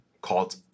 called